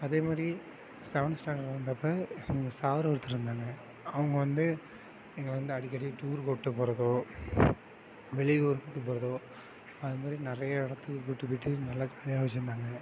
அதே மாதிரி seven standard வந்தப்போ எங்கள் சார் ஒருத்தர் இருந்தாங்க அவங்க வந்து இங்கே வந்து அடிக்கடி டூர் கூப்பிட்டு போகிறதோ வெளி ஊர் கூப்பிட்டு போகிறதோ அது மாதிரி நிறைய இடத்துக்கு போய்ட்டு போய்ட்டு நல்லா ஜாலியாக வெச்சிருந்தாங்க